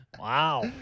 Wow